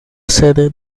sede